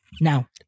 now